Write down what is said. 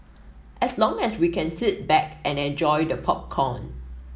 as long as we can sit back and enjoy the popcorn